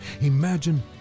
Imagine